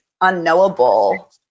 unknowable